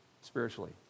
spiritually